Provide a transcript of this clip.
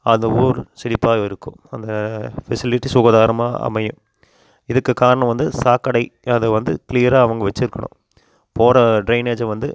அந்த ஊர் செழிப்பாகவே இருக்கும் அந்த ஃபெசிலிட்டி சுகாதாரமாக அமையும் இதுக்கு காரணம் வந்து சாக்கடை அதை வந்து கிளியராக அவங்க வெச்சுருக்கணும் போகிற டிரைனேஜை வந்து